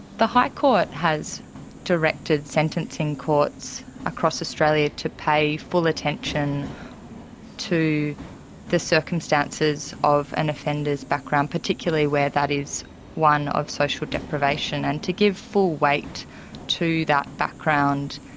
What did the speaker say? the high court has directed sentencing courts across australia to pay full attention to the circumstances of an offender's background, particularly where that is one of social deprivation, and to give full weight to that background,